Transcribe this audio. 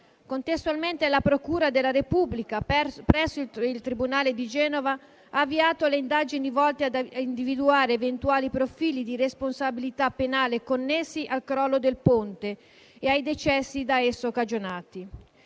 contestualmente, la Procura della Repubblica presso il Tribunale di Genova ha avviato le indagini volte a individuare eventuali profili di responsabilità penale connessi al crollo del ponte e ai decessi da esso cagionati;